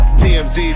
tmz